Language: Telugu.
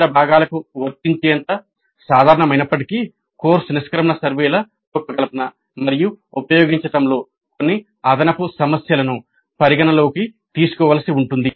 ఇతర భాగాలకు వర్తించేంత సాధారణమైనప్పటికీ కోర్సు నిష్క్రమణ సర్వేల రూపకల్పన మరియు ఉపయోగించడంలో కొన్ని అదనపు సమస్యలను పరిగణనలోకి తీసుకోవలసి ఉంటుంది